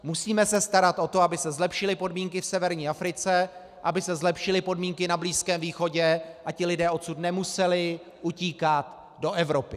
Musíme se starat o to, aby se zlepšily podmínky v severní Africe, aby se zlepšily podmínky na Blízkém východě a ti lidé odsud nemuseli utíkat do Evropy.